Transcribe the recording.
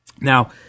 now